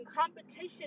competition